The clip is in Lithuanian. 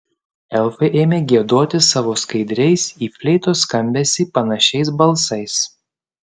elfai ėmė giedoti savo skaidriais į fleitos skambesį panašiais balsais